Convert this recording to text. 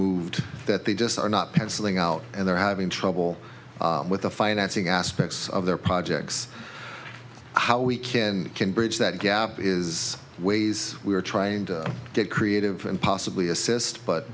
moved that they just are not penciling out and they're having trouble with the financing aspects of their projects how we can can bridge that gap is ways we try and get creative and possibly assist but